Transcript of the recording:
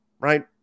right